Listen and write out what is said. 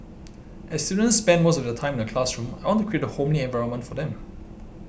as students spend most of their time in the classroom I want to create a homely environment for them